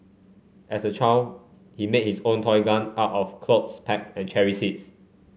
as a child he made his own toy gun out of clothes pegs and cherry seeds